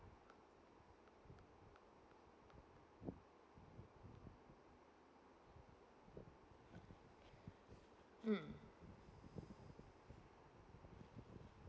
mm